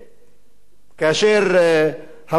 כאשר הרומים נכנסו,